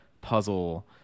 puzzle